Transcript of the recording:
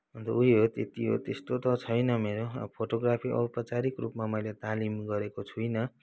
अन्त उही हो त्यति हो त्यस्तो त छैन मेरो अब फोटोग्राफी औपचारिक रूपमा मैले तालिम गरेको छुइनँ